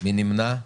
מי נמנע?